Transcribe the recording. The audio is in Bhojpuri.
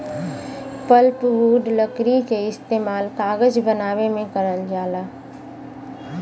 पल्पवुड लकड़ी क इस्तेमाल कागज बनावे में करल जाला